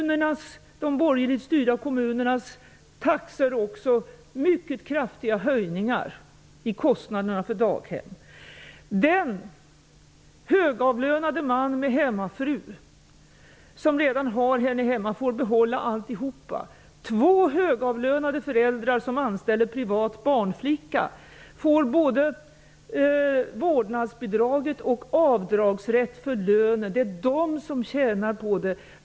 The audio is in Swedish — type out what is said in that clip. Med de borgerligt styrda kommunernas taxor får hon också mycket kraftiga höjningar av kostnaderna för daghem. Den högavlönade mannen med hemmafru -- hon är redan nu hemma -- får behålla alltihop. Två högavlönade föräldrar som anställer en privat barnflicka får behålla vårdnadsbidraget och har avdragsrätt för hennes lön. Det är de som tjänar på detta.